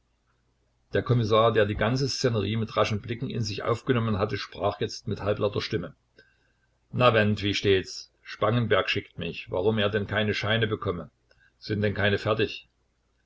der kommissar der die ganze szenerie mit raschen blicken in sich aufgenommen hatte sprach jetzt mit halblauter stimme na wendt wie steht's spangenberg schickt mich warum er denn keine scheine bekomme sind denn keine fertig